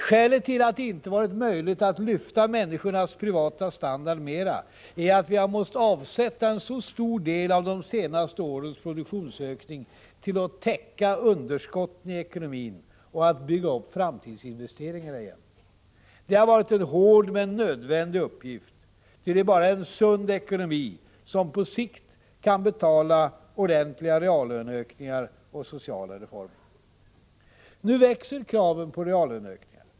Skälet till att det inte varit möjligt att lyfta människornas privata standard mera är att vi har måst avsätta en så stor del av de senaste årens produktionsökning till att täcka underskotten i ekonomin och till att bygga upp framtidsinvesteringarna igen. Detta har varit en hård men nödvändig uppgift, ty det är bara en sund ekonomi som på sikt kan betala ordentliga reallöneökningar och sociala reformer. Nu växer kraven på reallöneökningar.